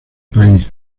país